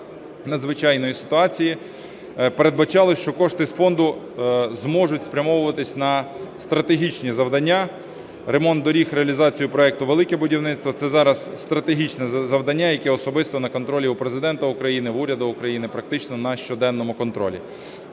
надзвичайної ситуації, передбачали, що кошти з фонду зможуть спрямовуватися на стратегічні завдання – ремонт доріг, реалізацію проекту "Велике будівництво". Це зараз стратегічне завдання, яке особисто на контролі у Президента України, в уряду України практично на щоденному контролі.